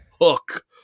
Hook